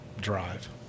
drive